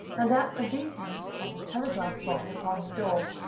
and at the beating of the telegraph-boy upon the door,